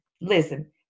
Listen